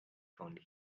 found